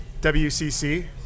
WCC